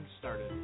started